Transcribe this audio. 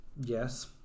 yes